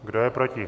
Kdo je proti?